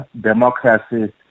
democracy